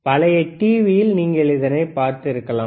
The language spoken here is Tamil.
பழைய டிவியில் நீங்கள் இதனை பார்த்திருக்கலாம்